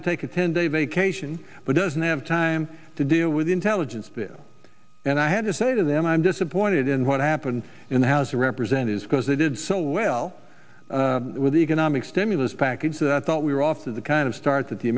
to take a ten day vacation but doesn't have time to deal with intelligence bill and i had to say to them i'm disappointed in what happened in the house of representatives because they did so well with the economic stimulus package that i thought we were off to the kind of start that the